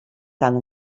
tant